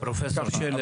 ככה,